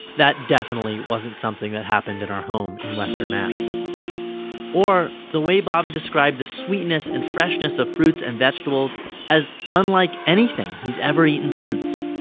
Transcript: that definitely wasn't something that happened in our home in western mass or, the way baba described the sweetness and freshness of fruits and vegetables as unlike anything he's ever eaten since.